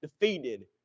defeated